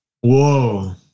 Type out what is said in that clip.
Whoa